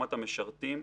חוכמת המשרתים,